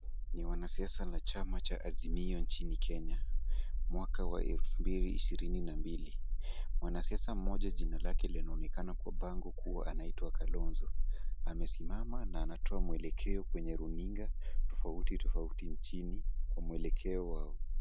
Ni wanasiasa na chama cha Azimio nchini Kenya, mwaka wa elfu mbili ishirini na mbili. Mwanasiasa mmoja jina lake linaonekana kwa bango kuwa anaitwa Kalonzo, amesimama na anatoa mwelekeo kwenye runinga tofauti tofauti nchini kwa mwelekeo wao.